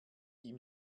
ihm